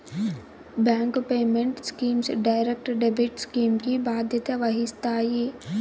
bank payment schemes direct debit scheme కి బాధ్యత వహిస్తాయి